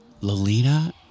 Lolita